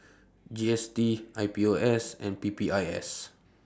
G S T I P O S and P P I S